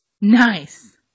nice